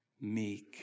meek